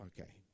Okay